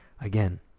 Again